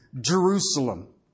Jerusalem